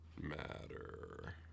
matter